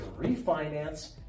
refinance